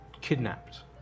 kidnapped